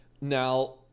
Now